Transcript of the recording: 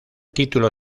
título